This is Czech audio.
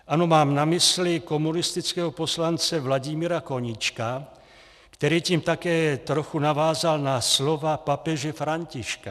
Ano, mám na mysli komunistického poslance Vladimíra Koníčka, který tím také trochu navázal na slova papeže Františka.